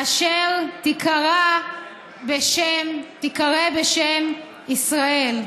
אשר תיקרא בשם ישראל."